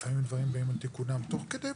לפעמים הדברים באים על תיקונים תוך כדי,